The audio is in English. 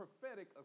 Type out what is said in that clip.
prophetic